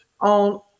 on